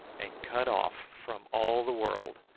and cut off from all the world,